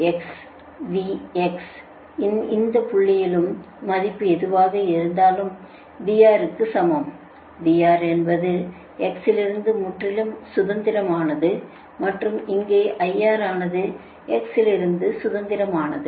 x V x இன் எந்த புள்ளியிலும் மதிப்பு எதுவாக இருந்தாலும் VR க்கு சமம் VR என்பது x இலிருந்து முற்றிலும் சுதந்திரமானது மற்றும் இங்கே IR ஆனது x இலிருந்து சுதந்திரமானது